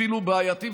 אפילו בעייתי,